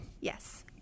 Yes